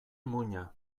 muina